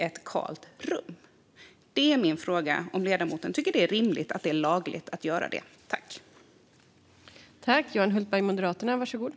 Är det rimligt att det är lagligt att göra så?